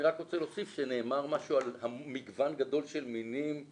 אני רק רוצה להוסיף שנאמר משהו על מגוון גדול של מינים.